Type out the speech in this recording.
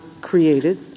created —